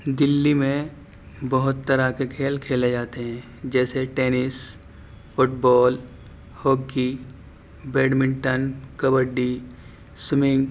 دہلی میں بہت طرح کے کھیل کھیلے جاتے ہیں جیسے tennis football hockey badminton kabaddi swimming